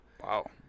Wow